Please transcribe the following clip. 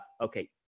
Okay